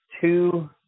two